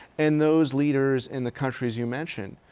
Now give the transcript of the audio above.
and those leaders in the countries you mentioned,